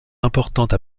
importante